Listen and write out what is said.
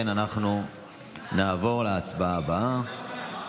אנחנו נעבור לנושא הבא בסדר-היום.